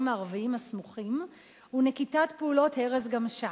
הערביים הסמוכים ונקיטת פעולות הרס גם שם.